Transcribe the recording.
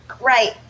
Right